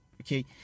okay